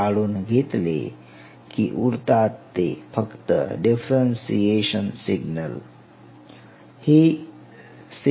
काढून घेतले की उरतात ते फक्त डिफरेन्ससीएशन सिग्नल